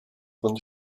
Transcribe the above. von